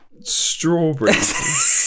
strawberries